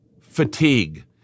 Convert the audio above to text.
fatigue